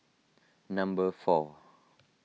number four